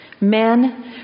Men